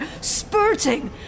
spurting